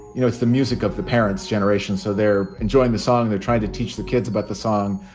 you know it's the music of the parents generation. so they're enjoying the song. they're trying to teach the kids about the song.